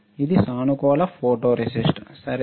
ఇది సానుకూల ఫోటోరేసిస్ట్ సరే